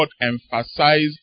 emphasized